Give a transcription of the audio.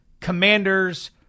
Commanders